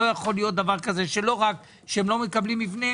לא יכול להיות דבר כזה שלא רק שהם לא מקבלים מבנה,